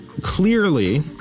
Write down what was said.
clearly